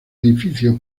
edificio